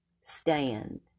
Stand